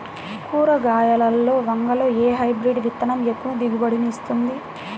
కూరగాయలలో వంగలో ఏ హైబ్రిడ్ విత్తనం ఎక్కువ దిగుబడిని ఇస్తుంది?